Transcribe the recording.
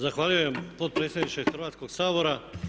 Zahvaljujem, potpredsjedniče Hrvatskoga sabora.